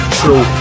true